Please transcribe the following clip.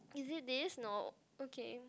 is it this no okay